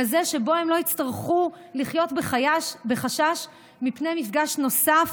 כזה שבו הם לא יצטרכו לחיות בחשש מפני מפגש נוסף